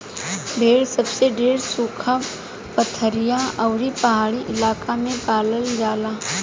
भेड़ सबसे ढेर सुखा, पथरीला आ पहाड़ी इलाका में पालल जाला